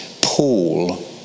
Paul